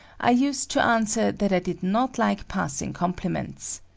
i used to answer that i did not like passing compliments.